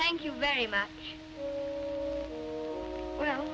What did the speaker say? thank you very much well